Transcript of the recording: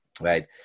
right